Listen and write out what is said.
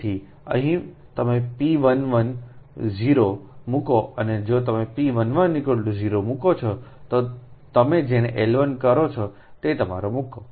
તેથી અહીં તમેp110મૂકોઅને જો તમેp110મુકો છો તો તમે જેને L1 કરો છો તે તમારો મૂકો